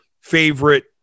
favorite